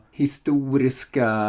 historiska